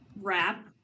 wrap